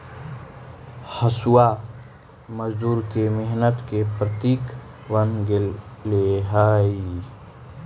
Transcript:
हँसुआ मजदूर के मेहनत के प्रतीक बन गेले हई